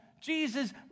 jesus